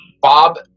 Bob